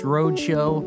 Roadshow